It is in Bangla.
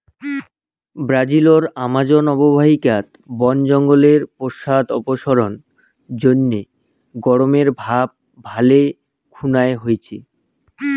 ব্রাজিলর আমাজন অববাহিকাত বন জঙ্গলের পশ্চাদপসরণ জইন্যে গরমের ভাব ভালে খুনায় হইচে